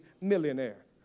millionaire